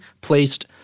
placed